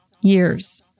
years